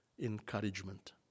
encouragement